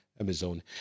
Amazon